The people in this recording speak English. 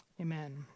Amen